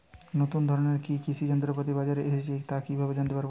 নতুন ধরনের কি কি কৃষি যন্ত্রপাতি বাজারে এসেছে তা কিভাবে জানতেপারব?